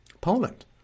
Poland